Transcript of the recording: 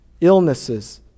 illnesses